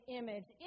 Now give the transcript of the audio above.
image